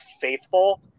faithful